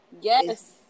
Yes